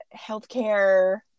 healthcare